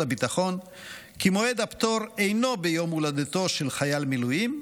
הביטחון כי מועד הפטור אינו ביום הולדתו של חייל המילואים,